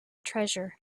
treasure